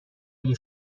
اگه